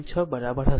6 બરાબર હશે